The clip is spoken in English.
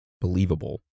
believable